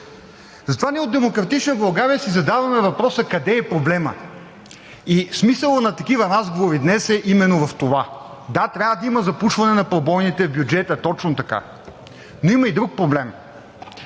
Затова ние – от „Демократична България“, си задаваме въпроса къде е проблемът? Смисълът на такива разговори днес е именно в това – да, трябва да има запушване на пробойните в бюджета, точно така. Има обаче и друг проблем.